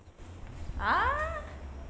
!huh!